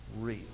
real